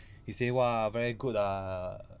he say [wah] very good ah